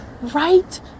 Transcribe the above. Right